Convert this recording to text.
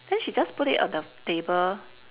then she just put it on the table